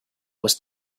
was